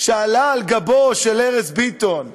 עלה על גבו של ארז ביטון.